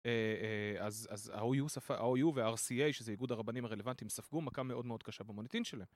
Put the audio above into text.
אז ה OU וה RCA, שזה איגוד הרבנים הרלוונטיים, ספגו מכה מאוד מאוד קשה במוניטין שלהם.